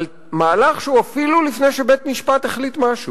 על מהלך שהוא אפילו לפני שבית-משפט החליט משהו.